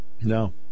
No